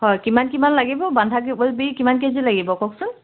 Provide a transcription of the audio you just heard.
হয় কিমান কিমান লাগিব বান্ধাকবি কিমান কেজি লাগিব কওকচোন